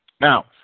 now